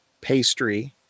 pastry